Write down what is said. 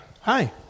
Hi